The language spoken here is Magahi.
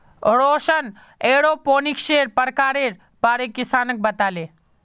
रौशन एरोपोनिक्सेर प्रकारेर बारे किसानक बताले